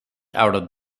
out